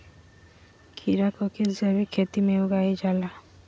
खीरा को किस जैविक खेती में उगाई जाला?